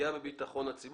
לפגיעה בביטחון ציבור,